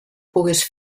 pogués